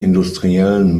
industriellen